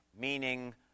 meaning